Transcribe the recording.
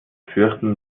fürchten